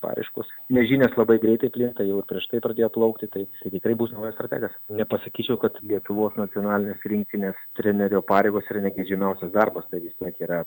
paraiškos nes žinios labai greitai plinta jau prieš tai pradėjo plaukti tai tai tikrai bus naujas strategas nepasakyčiau kad lietuvos nacionalinės rinktinės trenerio pareigos yra negeidžiamiausias darbas tai vis tiek yra